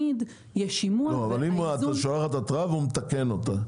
מה אם את שולחת התראה והוא מתקן אותה?